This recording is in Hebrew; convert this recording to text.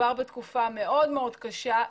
מדובר בתקופה מאוד מאוד קשה.